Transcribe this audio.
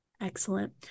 Excellent